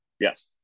Yes